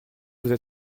vous